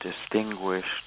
distinguished